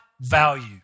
value